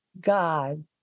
God